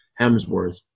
Hemsworth